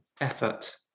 effort